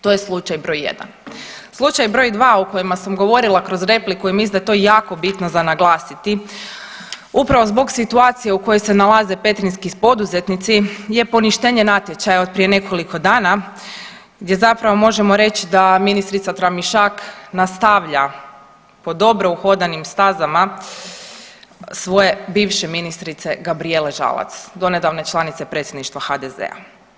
To je slučaj br. 1. Slučaj br. 2 o kojima sam govorila kroz repliku i mislim da je to jako bitno za naglasiti upravo zbog situacije u kojoj se nalaze petrinjski poduzetnici je poništenje natječaja od prije nekoliko dana gdje zapravo možemo reći da ministrica Tramišak nastavlja po dobro uhodanim stazama svoje bivše ministrice Gabrijele Žalac, donedavne članice predsjedništva HDZ-a.